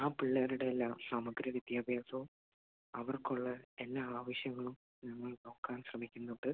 ആ പിള്ളേരുടെ എല്ലാ സമഗ്ര വിദ്യാഭ്യാസവും അവർക്കുള്ള എല്ലാ ആവശ്യങ്ങളും ഞങ്ങൾ നോക്കാൻ ശ്രമിക്കുന്നുണ്ട്